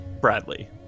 Bradley